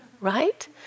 right